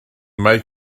mae